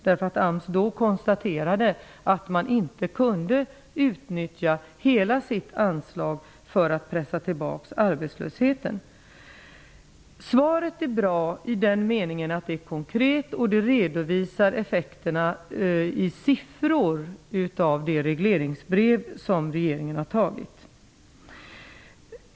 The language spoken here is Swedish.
Då hade ju AMS konstaterat att man inte kunde utnyttja hela sitt anslag för att pressa tillbaka arbetslösheten. Svaret är bra i den meningen att det är konkret och i siffror redovisar effekterna av det regleringsbrev som regeringen utfärdat.